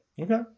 Okay